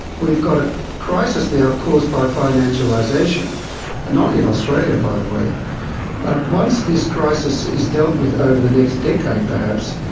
we've got a crisis now caused by financialisation not in australia by the way but once this crisis is dealt with over the next decade perhaps,